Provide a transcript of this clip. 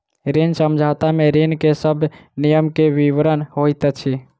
ऋण समझौता में ऋण के सब नियम के विवरण होइत अछि